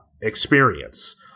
experience